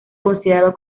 considerado